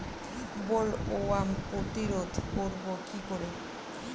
Bollworm প্রতিরোধ করব কি করে?